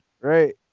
Right